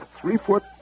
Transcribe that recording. three-foot